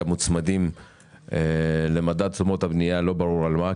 מוצמדים למדד תשומות הבנייה לא ברור על מה,